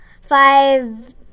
five